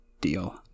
deal